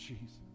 Jesus